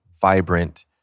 vibrant